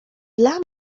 dla